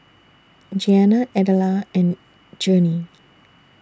Jeana Adela and Journey